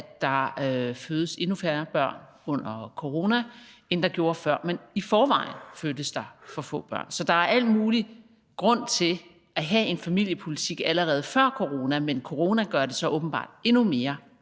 at der fødes endnu færre børn under corona, end der gjorde før, men i forvejen fødtes der for få børn. Så der var al mulig grund til at have en familiepolitik allerede før corona, men corona gør det så åbenbart endnu mere